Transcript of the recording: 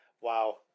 Wow